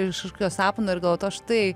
iš kažkokio sapno ir galvojat o štai